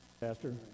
pastor